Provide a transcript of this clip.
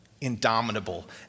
indomitable